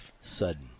Sudden